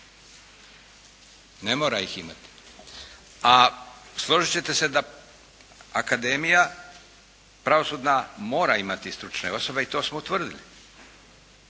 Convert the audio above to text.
Ne mora ih imati, a složit ćete se da akademija pravosudna mora imati stručne osobe i to smo utvrdili.